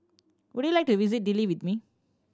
would you like to visit Dili with me